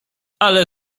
ale